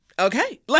okay